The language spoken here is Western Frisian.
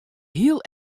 hiel